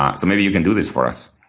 um so maybe you can do this for us,